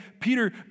Peter